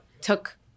took